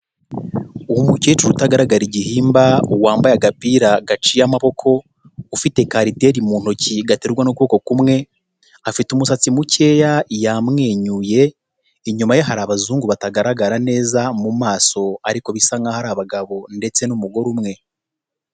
Umukecuru utagaragara igihimba wambaye agapira gaciye amaboko, ufite ka ariteri mu ntoki gaterurwa n'ukuboko kumwe, afite umusatsi mukeya yamwenyuye, inyuma ye hari abazungu batagaragara neza mu maso ariko bisa nkaho hari abagabo ndetse n'umugore umwe.